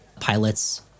pilots